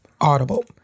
Audible